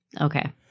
Okay